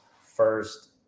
first